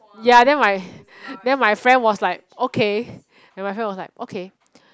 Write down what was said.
ya then my then my friend was like okay then my friend was like okay